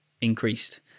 increased